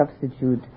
substitute